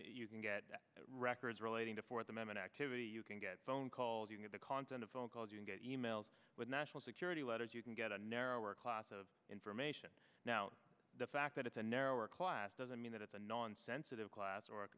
you can get records relating to for at the moment activity you can get phone calls you get the content of phone calls you get e mails with national security letters you can get a narrower class of information the fact that it's a narrower class doesn't mean that it's a non sensitive class or